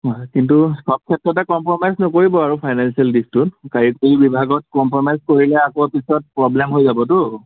হয় কিন্তু চব ক্ষেত্ৰতে কম্প্ৰমাইজ নকৰিব আৰু ফাইনেঞ্চিয়েল দিশটোৰ কাৰিকৰী বিভাগত কম্প্ৰমাইজ কৰিলে আকৌ পিছত প্ৰ'ব্লেম হৈ যাবতো